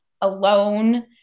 alone